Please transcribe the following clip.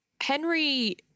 Henry